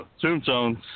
tombstones